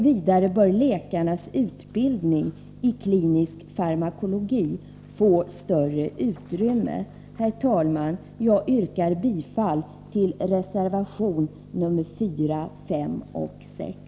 Vidare bör läkarnas utbildning i klinisk farmakologi få större utrymme. Herr talman! Jag yrkar bifall till reservationerna nr 4, 5 och 6.